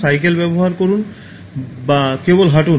cycle ব্যবহার করুন বা কেবল হাঁটুন